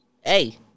Hey